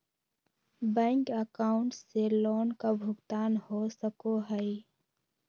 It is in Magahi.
बैंक अकाउंट से लोन का भुगतान हो सको हई?